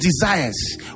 desires